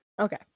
okay